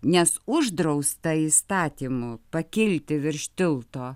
nes uždrausta įstatymu pakilti virš tilto